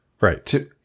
Right